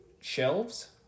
shelves